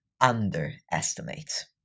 underestimate